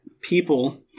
people